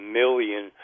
million